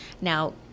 Now